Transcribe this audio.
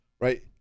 right